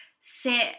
sit